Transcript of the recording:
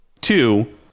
Two